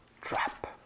trap